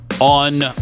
on